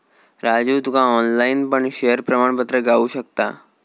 राजू तुका ऑनलाईन पण शेयर प्रमाणपत्र गावु शकता